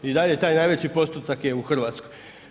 I dalje taj najveći postotak je u Hrvatskoj.